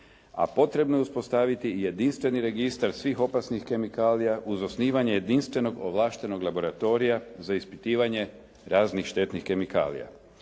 a potrebno je i uspostaviti jedinstveni registar svih opasnih kemikalija uz osnivanje jedinstvenog ovlaštenog laboratorija za ispitivanje raznih štetnih kemikalija.